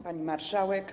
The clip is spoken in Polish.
Pani Marszałek!